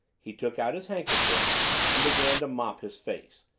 he took out his handkerchief and began to mop his face,